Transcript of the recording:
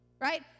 right